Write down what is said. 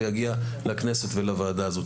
ויגיע לכנסת ולוועדה הזו.